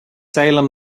salem